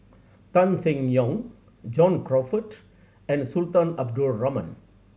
Tan Seng Yong John Crawfurd and Sultan Abdul Rahman